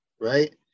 right